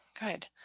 good